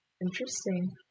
interesting